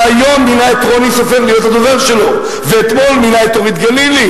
שהיום מינה את רוני סופר להיות הדובר שלו ואתמול מינה את אורית גלילי